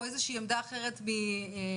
או איזושהי עמדה אחרת מהארגונים,